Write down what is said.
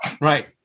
Right